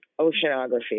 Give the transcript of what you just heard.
oceanography